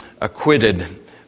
acquitted